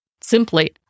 simply